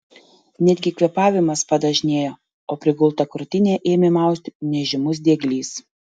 netgi kvėpavimas padažnėjo o prigultą krūtinę ėmė mausti nežymus dieglys